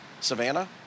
Savannah